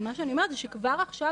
אז מה שאני אומרת הוא שכבר עכשיו